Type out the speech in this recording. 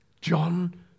John